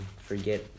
forget